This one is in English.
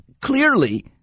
clearly –